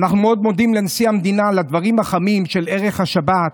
אנחנו מאוד מודים לנשיא המדינה על הדברים החמים של ערך השבת.